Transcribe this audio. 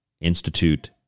Institute